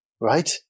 right